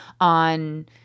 on